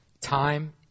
Time